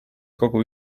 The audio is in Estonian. kogu